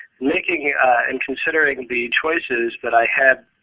making and considering the choices that i had